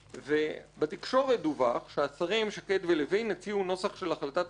בתקשורת דווח שהשרים שקד ולוין הציעו נוסח של החלטת ממשלה,